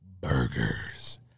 burgers